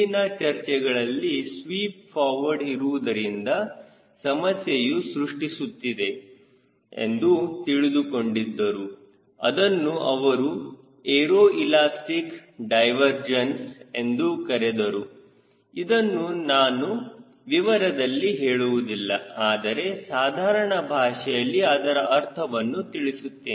ಹಿಂದಿನ ಚರ್ಚೆಗಳಲ್ಲಿ sweep forward ಇರುವುದರಿಂದ ಸಮಸ್ಯೆಯು ಸೃಷ್ಟಿಸುತ್ತದೆ ಎಂದು ತಿಳಿದುಕೊಂಡಿದ್ದರು ಅದನ್ನು ಅವರು ಎರೋ ಇಲಾಸ್ಟಿಕ್ ಡೈವರ್ ಜೆಂಟ್ ಎಂದು ಕರೆದರು ಇದನ್ನು ನಾನು ವಿವರದಲ್ಲಿ ಹೇಳುವುದಿಲ್ಲ ಆದರೆ ಸಾಧಾರಣ ಭಾಷೆಯಲ್ಲಿ ಅದರ ಅರ್ಥವನ್ನು ತಿಳಿಸುತ್ತೇನೆ